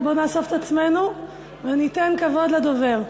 בוא נאסוף את עצמנו וניתן כבוד לדובר.